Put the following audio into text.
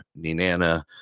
ninana